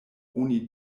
oni